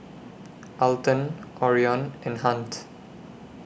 Alton Orion and Hunt